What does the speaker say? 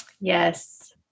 Yes